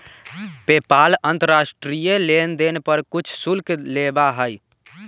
PayPal अंतर्राष्ट्रीय लेनदेन पर कुछ शुल्क लेबा हई